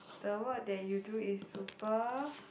the work that you do is super